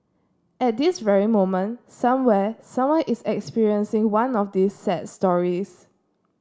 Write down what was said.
at this very moment somewhere someone is experiencing one of these sad stories